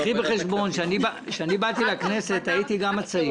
תיקחי בחשבון שכשאני באתי לכנסת הייתי גם הצעיר,